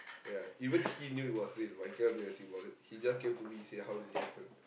ya even he knew it was real but he cannot do anything about it he just came to me and say how did it happen